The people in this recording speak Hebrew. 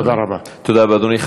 תודה רבה, אדוני.